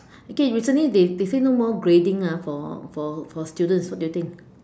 okay recently they they said no more grading ah for for for students what do you think